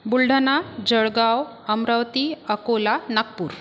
Buldhana Jalgaon Amravati Akola Nagpur